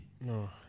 No